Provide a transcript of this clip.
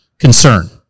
Concern